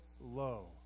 low